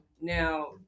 now